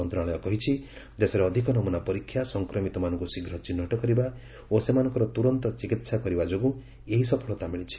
ମନ୍ତ୍ରଣାଳୟ କହିଛି ଦେଶରେ ଅଧିକ ନମ୍ରନା ପରୀକ୍ଷା ସଂକ୍ରମିତମାନଙ୍କ ଶୀଘ୍ର ଚିହ୍ଟ କରିବା ଓ ସେମାନଙ୍କର ତୁରନ୍ତ ଚିକିତ୍ସା କରିବା ଯୋଗୁଁ ଏହି ସଫଳତା ମିଳିଛି